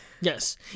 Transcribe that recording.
yes